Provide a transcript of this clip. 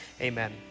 Amen